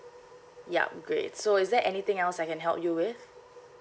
yup great so is there anything else I can help you with